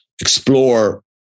explore